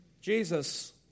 Jesus